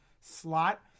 slot